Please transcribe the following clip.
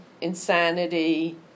insanity